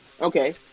Okay